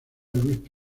luis